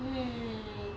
wait wait wait wait wait